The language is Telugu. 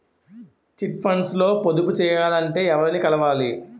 చిట్ ఫండ్స్ లో పొదుపు చేయాలంటే ఎవరిని కలవాలి?